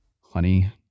honey